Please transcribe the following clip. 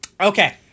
Okay